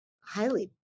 highly